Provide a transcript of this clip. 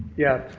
yeah,